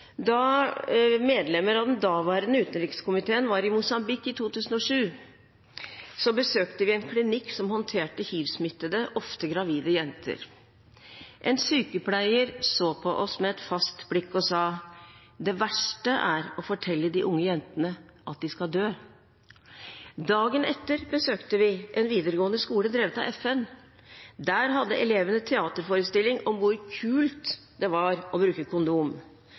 Da vi som medlemmer av den daværende utenrikskomiteen var i Mosambik i 2007, besøkte vi en klinikk som håndterte hivsmittede, ofte gravide jenter. En sykepleier så på oss med et fast blikk og sa: Det verste er å fortelle de unge jentene at de skal dø. Dagen etter besøkte vi en videregående skole drevet av FN. Der hadde elevene teaterforestilling om hvor kult det var å bruke kondom